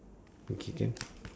okay can